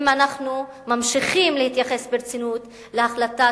אם אנחנו ממשיכים להתייחס ברצינות להחלטה,